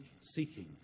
seeking